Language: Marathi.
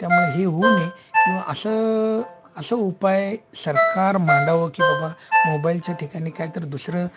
त्यामुळे हे होऊ नये किंवा असं असं उपाय सरकार मांडावं की बाबा मोबाईलच्या ठिकाणी काय तर दुसरं